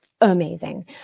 amazing